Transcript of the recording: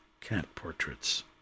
cat-portraits